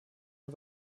und